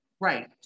Right